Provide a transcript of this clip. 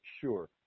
sure